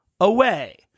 Away